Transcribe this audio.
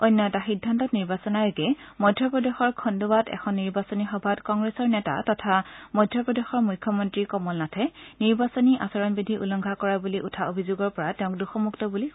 অন্য এটা সিদ্ধান্তত নিৰ্বাচন আয়োগে মধ্য প্ৰদেশৰ খন্দুৱাত এখন নিৰ্বাচনী সভাত কংগ্ৰেছৰ নেতা তথা মধ্য প্ৰদেশৰ মুখ্যমন্ত্ৰী কমল নাথে নিৰ্বাচনী আচৰণবিধি উলংঘা কৰা বুলি উঠা অভিযোগৰ পৰা তেওঁক দোষমুক্ত বুলি ঘোষণা কৰিছে